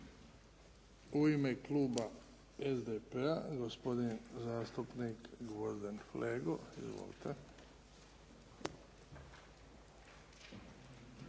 U ime kluba SDP-a gospodin zastupnik Gordan Flego. Izvolite.